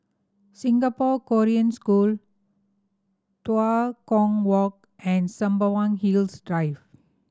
Singapore Korean School Tua Kong Walk and Sembawang Hills Drive